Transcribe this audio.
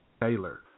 Taylor